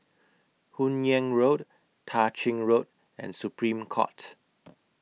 Hun Yeang Road Tah Ching Road and Supreme Court